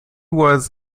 was